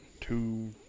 two